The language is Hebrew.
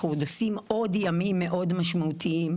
אנחנו עושים עוד ימים מאוד משמעותיים.